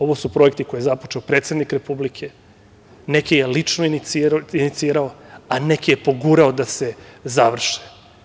Ovo su projekti koje je započeo predsednik Republike, neke je lično inicirao, a neke je pogurao da se završe.